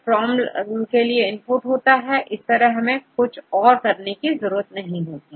यहPROMLके लिए इनपुट होता है इस तरह हमें कुछ और करने की जरूरत नहीं होती